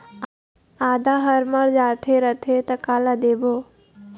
आदा हर मर जाथे रथे त काला देबो?